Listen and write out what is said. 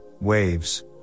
waves